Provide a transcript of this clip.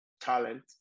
Talent